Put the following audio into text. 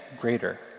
greater